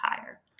higher